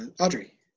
Audrey